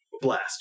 Blast